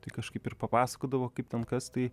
tai kažkaip ir papasakodavo kaip ten kas tai